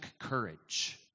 courage